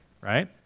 right